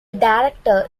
director